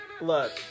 Look